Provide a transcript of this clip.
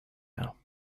now